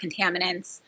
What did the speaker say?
contaminants